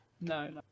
no